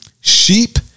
sheep